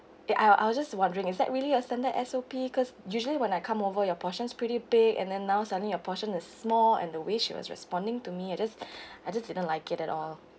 eh I~ I was just wondering is that really your standard S_O_P cause usually when I come over your portions pretty big and then now suddenly your portion is small and the way she was responding to me I just I just didn't like it at all